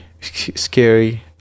scary